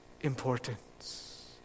importance